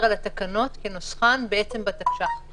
שמופיעות בתיקון לחוק הסמכויות מאתמול לגבי מגבלות מלאות,